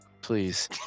Please